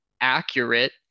accurate